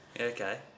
Okay